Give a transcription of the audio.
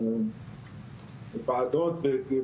אוקיי?